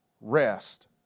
rest